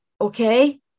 okay